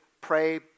pray